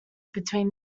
between